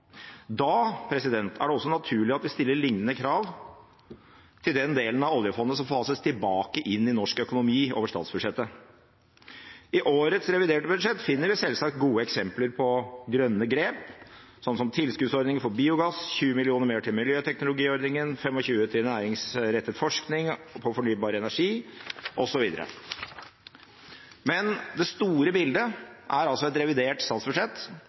Da er det også naturlig at vi stiller lignende krav til den delen av oljefondet som fases tilbake inn i norsk økonomi over statsbudsjettet. I årets reviderte budsjett finner vi selvsagt gode eksempler på grønne grep, sånn som tilskuddsordninger for biogass, 20 mill. kr mer til miljøteknologiordningen, 25 mill. kr til næringsrettet forskning på fornybar energi osv. Men det store bildet er altså et revidert statsbudsjett